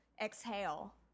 exhale